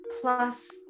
plus